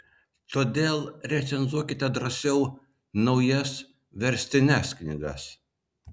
todėl recenzuokite drąsiau naujas verstines knygas